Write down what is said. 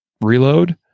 reload